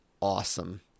awesome